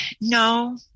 no